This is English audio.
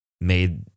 made